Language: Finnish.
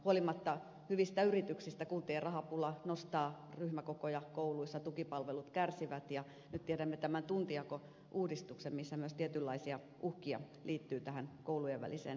huolimatta hyvistä yrityksistä kuntien rahapula nostaa ryhmäkokoja kouluissa tukipalvelut kärsivät ja nyt tiedämme tämän tuntijakouudistuksen jossa myös tietynlaisia uhkia liittyy koulujen väliseen tasa arvoon